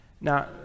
Now